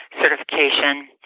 certification